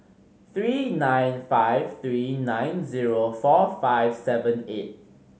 three nine five three nine zero four five seven eight